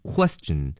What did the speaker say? Question